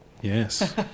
Yes